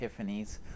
Epiphanies